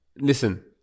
Listen